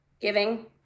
giving